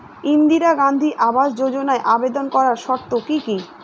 ইন্দিরা গান্ধী আবাস যোজনায় আবেদন করার শর্ত কি কি?